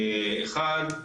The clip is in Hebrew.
אחד,